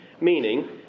meaning